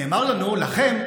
נאמר לנו: לכם,